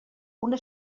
una